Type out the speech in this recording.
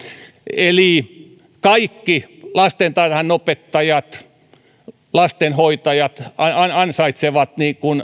eli kaikki lastentarhanopettajat ja lastenhoitajat ansaitsevat